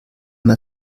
mein